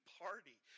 party